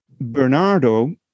Bernardo